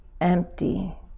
empty